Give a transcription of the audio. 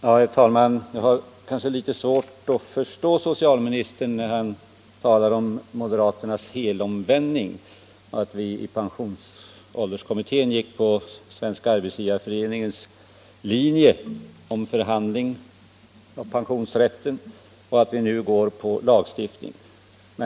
Herr talman! Jag har litet svårt att förstå socialministern när han talar om ” moderaternas helomvändning” och hänvisar till att vi i pensionsålderskommittén följde Svenska arbetsgivareföreningens linje beträffande förhandling om pensionsrätten men att vi nu går in för lagstiftning.